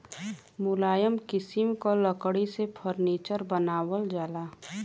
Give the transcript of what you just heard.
मुलायम किसिम क लकड़ी से फर्नीचर बनावल जाला